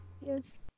yes